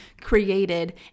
created